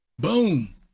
Boom